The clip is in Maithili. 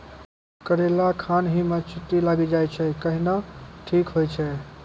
करेला खान ही मे चित्ती लागी जाए छै केहनो ठीक हो छ?